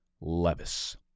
Levis